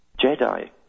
Jedi